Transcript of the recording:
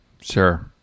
Sure